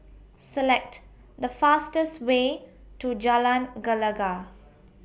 Select The fastest Way to Jalan Gelegar